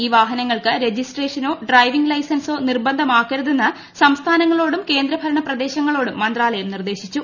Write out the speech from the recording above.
ഈ വാഹങ്ങൾക്ക് രജിസ്ട്രേഷനോ ഡ്രൈവിങ് ലൈസൻസോ നിർബന്ധമാക്കരുതെന്ന് സംസ്ഥാനങ്ങളോടും കേന്ദ്ര ഭരണ പ്രദേശങ്ങളോടും മന്ത്രാലയം നിർദ്ദേശിച്ചു